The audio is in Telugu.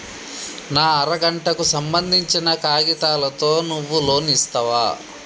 నా అర గంటకు సంబందించిన కాగితాలతో నువ్వు లోన్ ఇస్తవా?